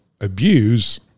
abuse